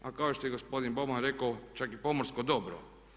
A kao što je i gospodin Boban rekao čak i pomorsko dobro.